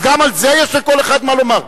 אז גם על זה יש לכל אחד מה לומר?